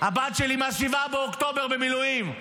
הבת שלי מ-7 באוקטובר במילואים.